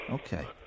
Okay